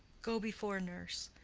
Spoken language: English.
go before, nurse.